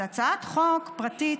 זו הצעת חוק פרטית